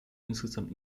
insgesamt